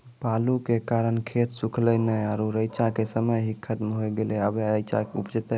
बालू के कारण खेत सुखले नेय आरु रेचा के समय ही खत्म होय गेलै, अबे रेचा उपजते?